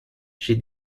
she